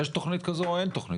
יש תוכנית כזו או אין תוכנית כזו?